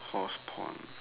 horse porn